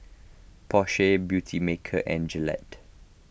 Porsche Beautymaker and Gillette